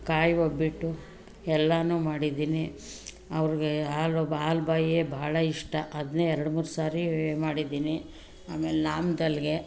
ಕಾಯಿ ಒಬ್ಬಟ್ಟು ಎಲ್ಲನೂ ಮಾಡಿದ್ದೀನಿ ಅವ್ರಿಗೆ ಹಾಲು ಹಾಲು ಬಾಯಿ ಭಾಳ ಇಷ್ಟ ಅದನ್ನೆ ಎರ್ಡು ಮೂರು ಸಾರಿ ಮಾಡಿದ್ದೀನಿ ಆಮೇಲೆ ನಾಮ್ದಲ್ಗೆ